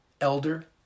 Elder